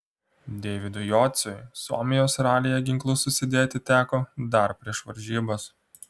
deividui jociui suomijos ralyje ginklus susidėti teko dar prieš varžybas